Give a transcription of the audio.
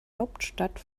hauptstadt